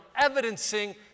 evidencing